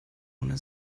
ohne